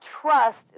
trust